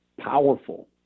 powerful